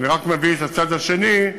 אני רק מביא את הצד השני,